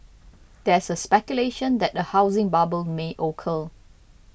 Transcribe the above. there is speculation that a housing bubble may occur